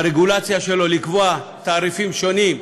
ברגולציה שלו, לקבוע תעריפים שונים,